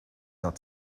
not